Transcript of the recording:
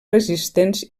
resistents